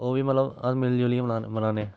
ओह् बी मतलब अस मिली जुलियै मनाने मनाने